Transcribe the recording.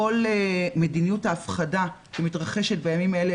כל מדיניות ההפחדה שמתרחשת בימים אלה